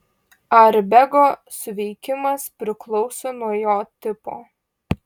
airbego suveikimas priklauso nuo jo tipo